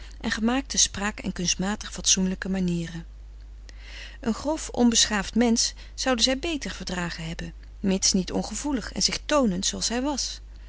en gemaakte spraak en kunstmatig fatsoenlijke manieren een grof onbeschaafd mensch zouden zij beter verdragen hebben mits niet ongevoelig en zich toonend zooals hij was